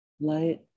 light